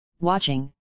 watching